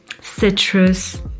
citrus